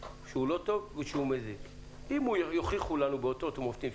אם יוכיחו לנו באותות ובמופתים,